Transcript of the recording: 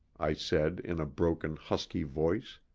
i said in a broken, husky voice.